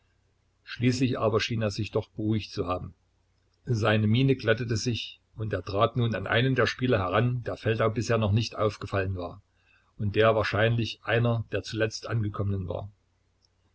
schließlich aber schien er sich doch beruhigt zu haben seine miene glättete sich und er trat nun an einen der spieler heran der feldau bisher noch nicht aufgefallen war und der wahrscheinlich einer der zuletzt angekommenen war